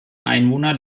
einwohner